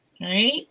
right